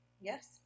Yes